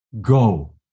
Go